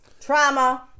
Trauma